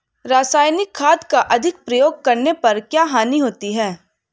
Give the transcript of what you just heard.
रासायनिक खाद का अधिक प्रयोग करने पर क्या हानि होती है?